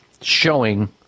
showing